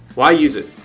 why use it?